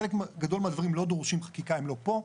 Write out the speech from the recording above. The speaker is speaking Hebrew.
חלק גדול מהדברים לא דורשים חקיקה, הם לא פה.